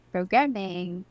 Programming